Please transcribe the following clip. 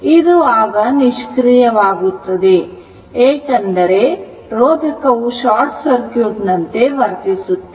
ಇದು ಆಗ ನಿಷ್ಕ್ರಿಯವಾಗುತ್ತದೆ ಏಕೆಂದರೆ ರೋಧಕವು ಶಾರ್ಟ್ ಸರ್ಕ್ಯೂಟ್ ನಂತೆ ವರ್ತಿಸುತ್ತದೆ